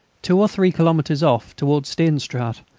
two or three kilometres off, towards steenstraate,